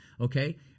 Okay